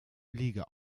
liege